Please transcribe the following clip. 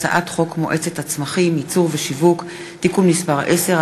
הצעת חוק מועצת הצמחים (ייצור ושיווק) (תיקון מס' 10),